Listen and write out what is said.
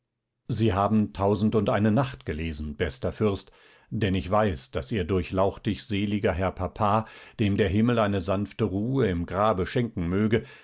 sie haben tausendundeine nacht gelesen bester fürst denn ich weiß daß ihr durchlauchtig seliger herr papa dem der himmel eine sanfte ruhe im grabe schenken möge